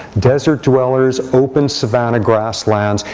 desert dwellers, open savanna grasslands,